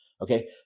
Okay